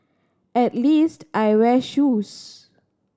at least I wear shoes